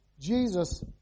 Jesus